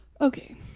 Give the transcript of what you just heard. Okay